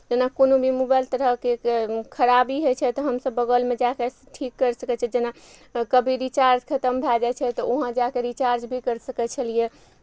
जेना कोनो भी मोबाइल तरहके खराबी होइ छै तऽ हमसब बगलमे जाके ठीक कैरि सकैत छियै जेना कभी रिचार्ज खत्म भए जाइ छै तऽ उहाँ जाके रिचार्ज भी कैर सकै छलियै